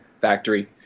factory